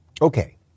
Okay